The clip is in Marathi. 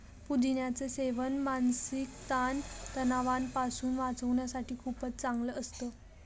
पुदिन्याच सेवन मानसिक ताण तणावापासून वाचण्यासाठी खूपच चांगलं असतं